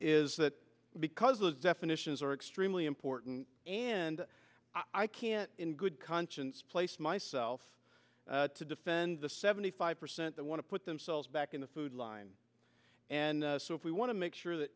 that because those definitions are extremely important and i can't in good conscience place myself to defend the seventy five percent that want to put themselves back in the food line and so if we want to make sure that